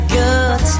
good